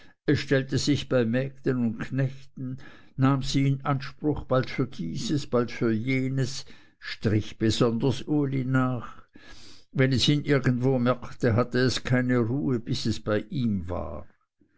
stellte sich bei mägden und knechten nahm sie in anspruch bald für dieses bald für jenes strich besonders uli nach wenn es ihn irgendwo merkte hatte es keine ruhe bis es bei ihm war